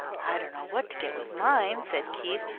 i don't know what to get with mine, said keith,